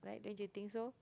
right don't you think so